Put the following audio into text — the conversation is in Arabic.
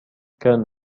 كان